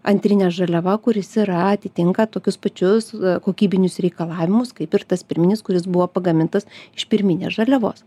antrine žaliava kuris yra atitinka tokius pačius kokybinius reikalavimus kaip ir tas pirminis kuris buvo pagamintas iš pirminės žaliavos